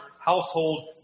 household